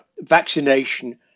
Vaccination